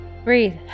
Breathe